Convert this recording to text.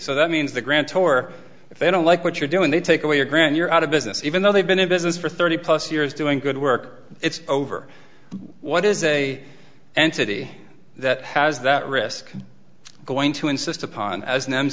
so that means the grants or if they don't like what you're doing they take away your grand you're out of business even though they've been in business for thirty plus years doing good work it's over what is a entity that has that risk going to insist upon as